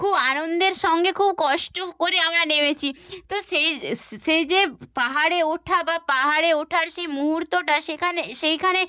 খুব আনন্দের সঙ্গে খুব কষ্ট করে আমরা নেমেছি তো সেই সেই যে পাহাড়ে ওঠা বা পাহাড়ে ওঠার সেই মুহূর্তটা সেখানে সেইখানে